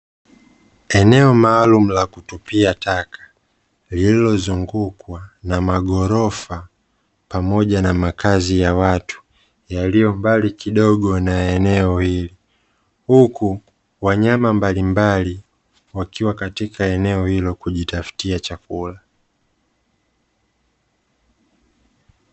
Eneo maalumu la kutupia taka, lililozungukwa na maghorofa pamoja na makazi ya watu, yaliyo mbali kidogo na eneo hili huku wanyama mbalimbali wakiwa katika eneo hilo kujitafutia chakula.